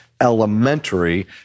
elementary